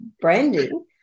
branding